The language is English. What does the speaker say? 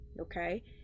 Okay